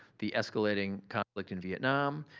the escalating conflict in vietnam,